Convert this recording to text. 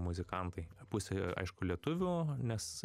muzikantai pusė aišku lietuvių nes